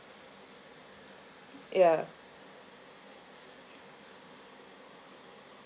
ya